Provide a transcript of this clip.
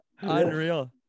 unreal